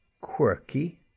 quirky